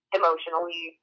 emotionally